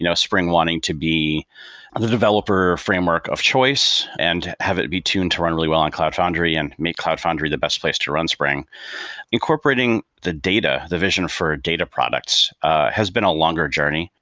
spring wanting to be the developer framework of choice and have it be tuned to run really well on cloud foundry and make cloud foundry the best place to run spring incorporating the data, the vision for data products has been a longer journey.